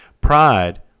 Pride